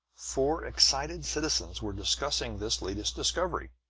four excited citizens were discussing this latest discovery.